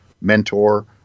mentor